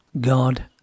God